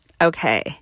Okay